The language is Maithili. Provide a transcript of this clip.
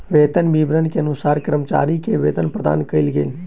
वेतन विवरण के अनुसार कर्मचारी के वेतन प्रदान कयल गेल